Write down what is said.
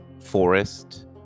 forest